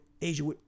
Asia